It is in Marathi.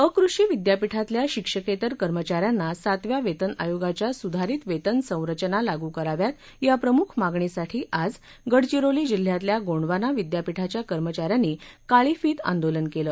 अकृषी विद्यापीठातल्या शिक्षकेतर कर्मचाऱ्याद्मी सातव्या वेतन आयोगाच्या सुधारित वेतन सचिना लागू कराव्यात या प्रमुख मागणीसाठी आज गडचिरोली जिल्ह्यातल्या गोंडवाना विद्यापीठाच्या कर्मचाऱ्याती काळी फित आद्दीलन केलं